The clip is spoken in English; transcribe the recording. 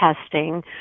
testing